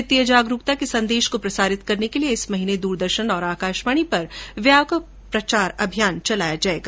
वित्तीय जागरूकता संदेश को प्रसारित करने के लिए इस महीने द्रदर्शन और आकाशवाणी पर व्यापक प्रचार अभियान चलाया जाएगा